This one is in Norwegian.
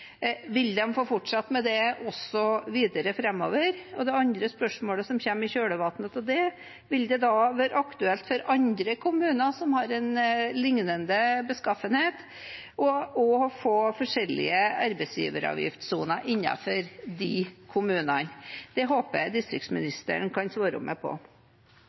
Vil de få fortsette med det også videre framover? Og et annet spørsmål som kommer i kjølvannet av det: Vil det være aktuelt for andre kommuner som har en lignende beskaffenhet, å få forskjellige arbeidsgiveravgiftssoner innenfor de kommunene? Det håper jeg distriktsministeren kan svare meg på.